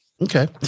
Okay